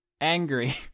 Angry